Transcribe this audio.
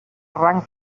rang